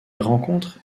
rencontrent